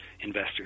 investors